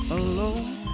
alone